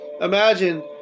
Imagine